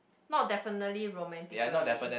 not definitely romantically